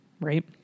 right